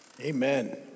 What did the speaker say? Amen